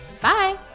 Bye